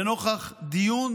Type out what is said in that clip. נוכח דיון